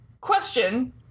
question